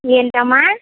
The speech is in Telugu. ఏంటమ్మా